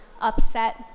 upset